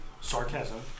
Sarcasm